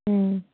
ꯎꯝ